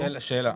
שאלה.